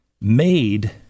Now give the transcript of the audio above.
made